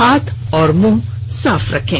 हाथ और मुंह साफ रखें